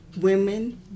women